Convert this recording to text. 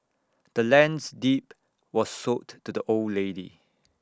the land's deed was sold to the old lady